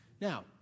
Now